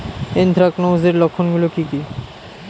Anthracnose এর লক্ষণ গুলো কি কি?